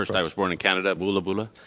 and i was born in canada, bula bula.